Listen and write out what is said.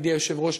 ידידי היושב-ראש,